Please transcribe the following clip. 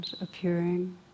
appearing